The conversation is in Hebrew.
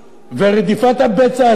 ורדיפת הבצע הזאת,